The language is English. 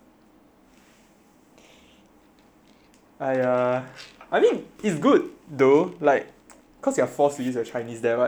!aiya! I mean it's good though like cause you're forced to use chinese there [what] if you go to China to study